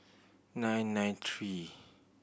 nine nine three